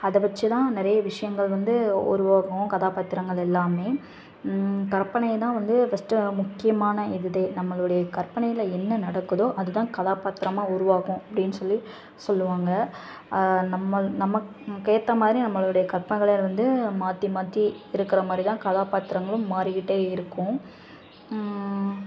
அதை வச்சு தான் நிறைய விஷயங்கள் வந்து உருவாக்கும் கதாபாத்திரங்கள் எல்லாமே கற்பனை தான் வந்து ஃபஸ்ட்டு முக்கியமான இது நம்மளுடைய கற்பனையில என்ன நடக்குதோ அது தான் கதாபாத்திரமாக உருவாக்கும் அப்படினு சொல்லி சொல்லுவாங்கள் நம்மள நமக்கு நமக்கேற்றமாரி நம்மளுடைய கற்பனைகள வந்து மாற்றி மாற்றி இருக்கிறமாரி தான் கதாபாத்திரங்களும் மாறிக்கிட்டே இருக்கும்